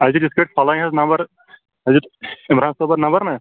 اَسہِ دیُت یِتھٕ پأٹھۍ فلأنۍ حظ نمبر اَسہِ دیُت عمران صابن نمبر نا